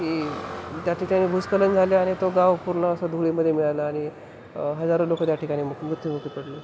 की त्या ठिकाणी भूस्खलन झाले आणि तो गाव पूर्ण असा धुळीमध्ये मिळाला आणि हजारो लोक त्या ठिकाणी मृत्युमुखी पडले